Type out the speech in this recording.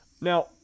now